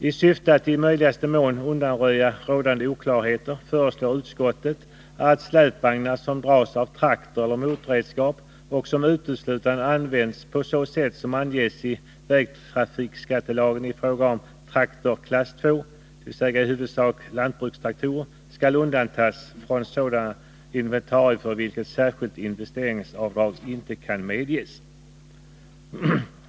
I syfte att i möjligaste mån undanröja oklarheter förslår utskottet att släpvagnar som dras av traktor eller motorredskap och som uteslutande används på det sätt som anges i vägtrafikskattelagen i fråga om traktor klass II, dvs. i huvudsak lantbrukstraktorer, skall undantas från sådana inventarier för vilka särskilda investeringsavdrag inte kan medges.